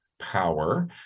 Power